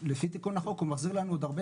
לפי תיקון החוק הוא מחזיר לנו עוד הרבה